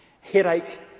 headache